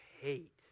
hate